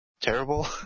terrible